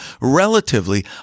relatively